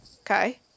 Okay